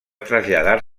traslladar